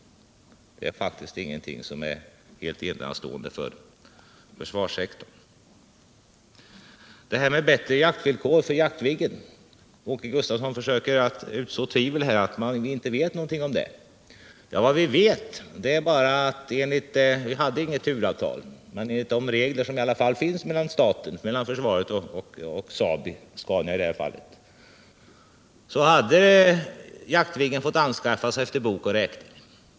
Det är faktiskt ingenting som är helt enastående för försvarssektorn. Det sades någonting om bättre villkor för Jaktviggen. Åke Gustavsson försöker här utså tvivel om att man vet någonting om den saken. Vad vi vet är bara att vi inte hade något huvudavtal, men enligt de regler som finns mellan försvaret och Scania hade Viggen fått anskaffas efter bok och räkning.